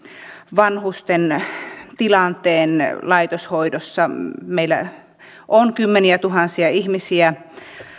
vanhusten tilanteen laitoshoidossa meillä on kymmeniätuhansia ihmisiä